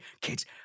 kids